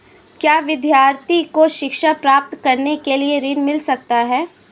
क्या विद्यार्थी को शिक्षा प्राप्त करने के लिए ऋण मिल सकता है?